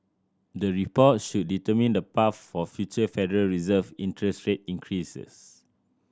the reports should determine the path for future Federal Reserve interest rate increases